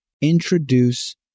Introduce